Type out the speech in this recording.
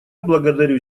благодарю